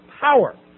power